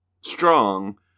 strong